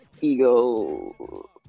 ego